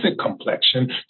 complexion